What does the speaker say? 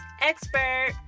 expert